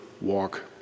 walk